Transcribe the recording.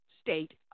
state